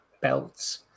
belts